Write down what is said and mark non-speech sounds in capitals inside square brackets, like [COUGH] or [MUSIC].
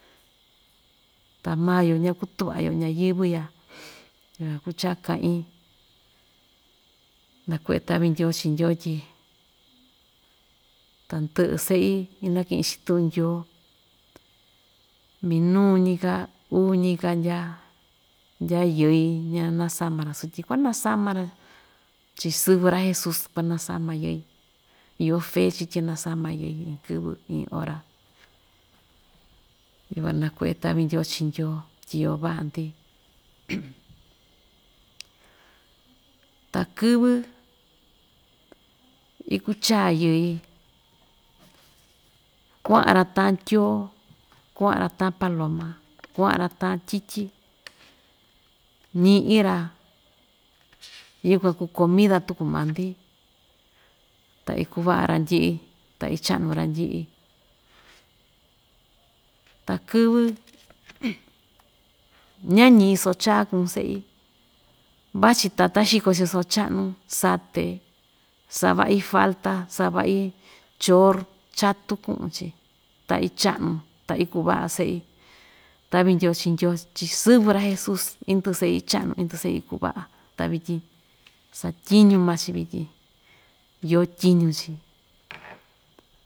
Ta maa‑yo ña‑kutuꞌva‑yo ñayɨvɨ‑ya yukuan kuu cha‑kaꞌin nakuꞌve taꞌvi ndyoo chii ndyoo tyi tandɨꞌɨ seꞌi inakiꞌi‑chi tuꞌun ndyoo, minuñi‑ka uuñi‑ka ndya ndya yɨi ña nasama‑ra sutyi kuanasama‑ra chiꞌin sɨvɨ ra jesus kuanasama yɨi, iyo fe chii tyi nasama yɨi iin kɨvɨ iin ora, yukuan nakuꞌve taꞌvi ndyoo chii ndyoo tyi iyo vaꞌa‑ndi [NOISE] ta kɨvɨ iku‑chaa yɨi kuaꞌa‑ra taan tyoo kuaꞌa‑ra taan paloma, kuaꞌa‑ra taan tyityi ñiꞌi‑ra yukuan kuu comida tuku maa‑ndi ta ikuu‑vaꞌa randyiꞌi ta ichaꞌa‑nu randyiꞌi, ta‑kɨvɨ ña ñiꞌi soo chaa kuꞌun seꞌi vachi tata xiko‑chi soo chaꞌnu sate savaꞌi falta savaꞌi chor chatu kuꞌun‑chi ta ichaꞌa‑nu ta ikuu vaꞌa seꞌi, taꞌvi ndyoo chii ndyoo chii sɨvɨ ra jesus indɨꞌɨ seꞌi ichaꞌnu indɨꞌɨ seꞌi ikuvaꞌa ta vityi satyiñu maa‑chi vityin iyo tyiñu‑chi.